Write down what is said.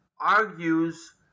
argues